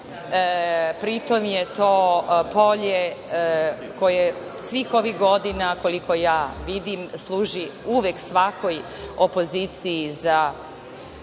pri tom je to polje koje svih ovih godina, koliko ja vidim, služilo uvek svakoj opoziciji za